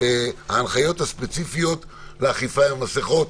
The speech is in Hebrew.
ההנחיות הספציפיות לאכיפה עם המסכות,